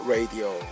Radio 。